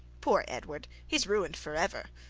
poor edward! he is ruined for ever.